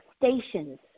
stations